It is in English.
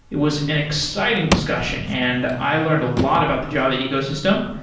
it was an exciting discussion and i learned a lot about the java ecosystem.